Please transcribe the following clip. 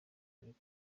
ariko